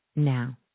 now